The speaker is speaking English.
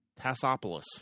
Tassopoulos